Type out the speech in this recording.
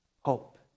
Hope